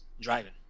driving